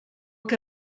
que